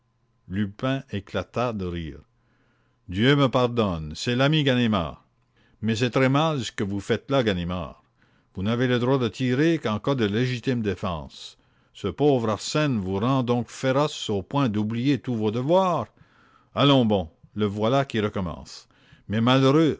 lupin éclata de rire dieu me pardonne c'est l'ami ganimard mais c'est très mal ce que vous faites là ganimard vous n'avez le droit de tirer qu'en cas de légitime défense ce pauvre arsène vous rend donc féroce au point d'oublier tous vos devoirs allons bon le voilà qui recommence mais malheureux